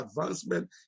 advancement